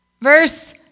Verse